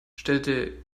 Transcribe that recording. stellte